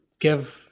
give